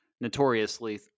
notoriously